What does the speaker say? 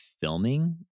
filming